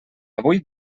avui